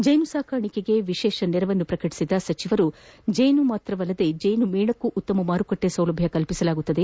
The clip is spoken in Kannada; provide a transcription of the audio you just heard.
ಜೇನು ಸಾಕಾಣಿಕೆಗೆ ವಿಶೇಷ ನೆರವು ಪ್ರಕಟಿಸಿದ ಸಚಿವರು ಜೇನು ಮಾತ್ರವಲ್ಲ ಜೇನುಮೆಣಕ್ಕೂ ಉತ್ತಮ ಮಾರುಕಟ್ಟೆ ಸೌಲಭ್ಯ ಕಲ್ಪಿಸಲಾಗುವುದು